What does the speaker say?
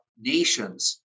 nations